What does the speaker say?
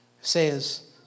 says